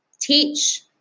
teach